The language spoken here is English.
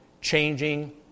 changing